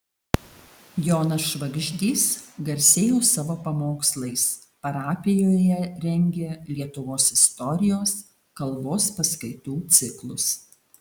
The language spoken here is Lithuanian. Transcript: jonas švagždys garsėjo savo pamokslais parapijoje rengė lietuvos istorijos kalbos paskaitų ciklus